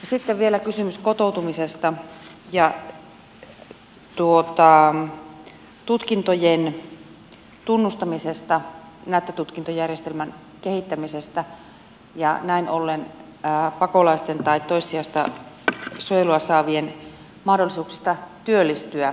sitten vielä kysymys kotoutumisesta ja tutkintojen tunnustamisesta näyttötutkintojärjestelmän kehittämisestä ja näin ollen pakolaisten tai toissijaista suojelua saavien mahdollisuuksista työllistyä